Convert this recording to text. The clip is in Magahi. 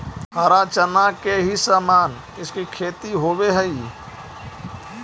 हरा चना के ही समान इसकी खेती होवे हई